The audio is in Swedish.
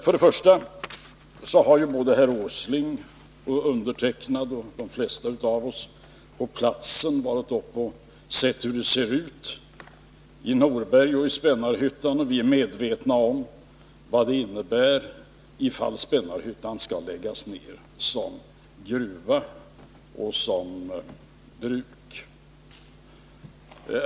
Först och främst har ju både herr Åsling och jag själv och de flesta av oss varit på platsen och sett hur det ser ut i Norberg och i Spännarhyttan, och vi är medvetna om vad det innebär ifall Spännarhyttan skall läggas ned som gruva och som bruk.